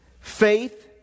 faith